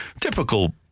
typical